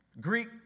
Greek